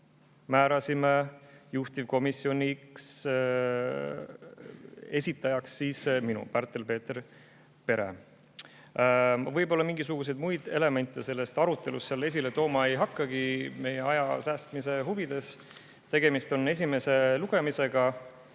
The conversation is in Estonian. määrasime juhtivkomisjoni esindajaks minu, Pärtel-Peeter Pere. Võib-olla mingisuguseid muid elemente sellest arutelust esile tooma ei hakkagi meie aja säästmise huvides. Tegemist on esimese lugemisega.